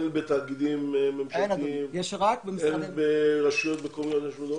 בתאגידים ממשלתיים אין ממונים.